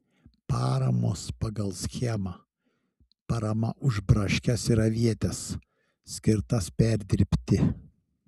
paramos pagal schemą parama už braškes ir avietes skirtas perdirbti